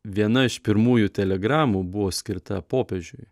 viena iš pirmųjų telegramų buvo skirta popiežiui